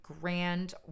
grand